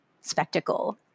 spectacle